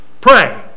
pray